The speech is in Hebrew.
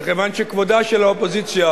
וכיוון שכבודה של האופוזיציה